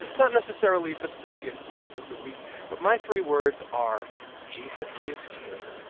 not necessarily the biggest news of the week, but my three words are jesus is king.